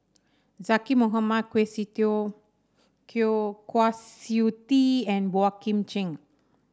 Zaqy Mohamad Kwa Siew Kwa Siew Tee and Boey Kim Cheng